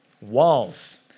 walls